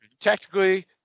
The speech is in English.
Technically